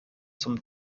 zum